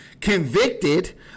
Convicted